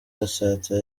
gatsata